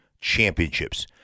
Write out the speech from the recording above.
championships